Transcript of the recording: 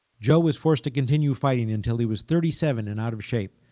joe was forced to continuing fighting until he was thirty seven and out of shape,